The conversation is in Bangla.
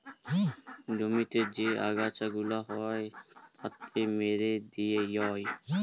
জমিতে যে আগাছা গুলা হ্যয় তাকে মেরে দিয়ে হ্য়য়